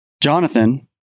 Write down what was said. jonathan